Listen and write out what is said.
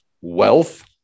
wealth